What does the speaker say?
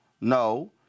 No